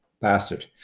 bastard